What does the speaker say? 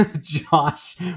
Josh